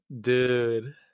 dude